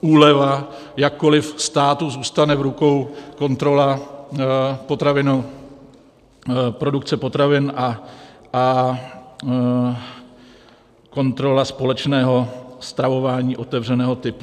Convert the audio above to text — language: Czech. úleva, jakkoli státu zůstane v rukou kontrola produkce potravin a kontrola společného stravování otevřeného typu.